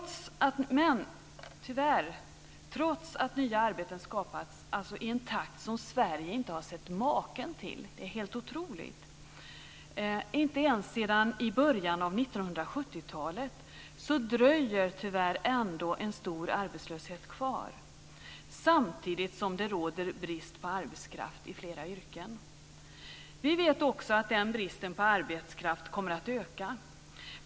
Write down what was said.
Trots att nya arbeten har skapats i en takt som Sverige inte har sett maken till - det är helt otroligt - inte ens sedan början av 1970-talet dröjer tyvärr ändå en stor arbetslöshet kvar, samtidigt som det råder brist på arbetskraft i flera yrken. Vi vet också att bristen på arbetskraft kommer att öka.